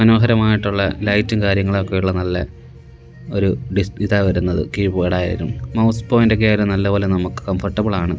മനോഹരമായിട്ടുള്ള ലൈറ്റും കാര്യങ്ങളും ഒക്കെയുള്ള നല്ല ഒരു ഇതാ വരുന്നത് കീബോഡ് ആയാലും മൗസ്സ് പൊയിൻറ്റ് ഒക്കെയായാലും നല്ലപോലെ നമുക്ക് കംഫർട്ടബ്ൾ ആണ്